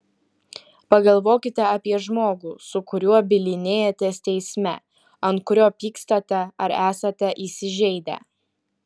pagalvokite apie žmogų su kuriuo bylinėjatės teisme ant kurio pykstate ar esate įsižeidę